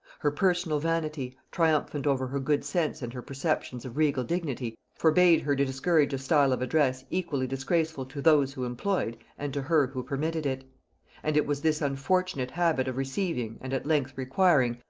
her personal vanity, triumphant over her good sense and her perceptions of regal dignity, forbade her to discourage a style of address equally disgraceful to those who employed and to her who permitted it and it was this unfortunate habit of receiving, and at length requiring,